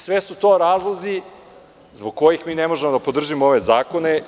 Sve su to razlozi zbog kojih ne možemo da podržimo ove zakone.